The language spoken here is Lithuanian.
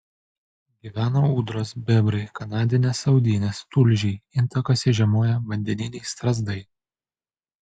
gyvena ūdros bebrai kanadinės audinės tulžiai intakuose žiemoja vandeniniai strazdai